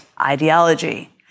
ideology